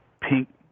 pink